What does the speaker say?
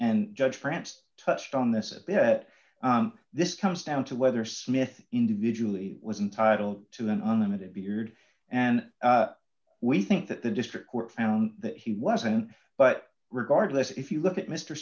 and judge francis touched on this a bit this comes down to whether smith individually was entitled to an unlimited beard and we think that the district court found that he wasn't but regardless if you look at mr